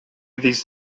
these